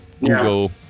Google